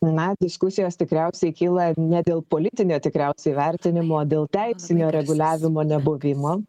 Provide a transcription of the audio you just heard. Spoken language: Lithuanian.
na diskusijos tikriausiai kyla ne dėl politinio tikriausiai vertinimo o dėl teisinio reguliavimo nebuvimo